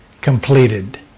completed